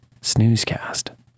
snoozecast